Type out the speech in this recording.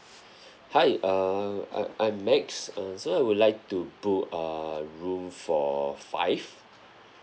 hi err uh I'm max um so I would like to book a room for five